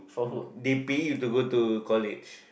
they pay you to go to college